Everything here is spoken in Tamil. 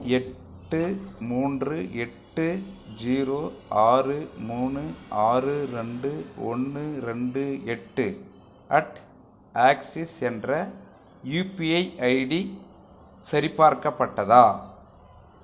எட்டு மூன்று எட்டு ஜீரோ ஆறு மூணு ஆறு ரெண்டு ஒன்று ரெண்டு எட்டு அட் ஆக்சிஸ் என்ற யுபிஐ ஐடி சரிபார்க்கப்பட்டதா